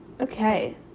Okay